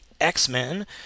X-Men